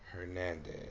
Hernandez